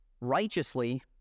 righteously